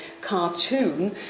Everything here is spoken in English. cartoon